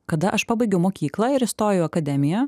kada aš pabaigiau mokyklą ir įstojau į akademiją